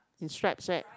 in stripes right